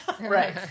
Right